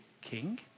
king